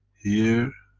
here,